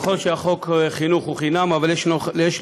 נכון שחוק החינוך הוא חינם, אבל יש לו חריגים.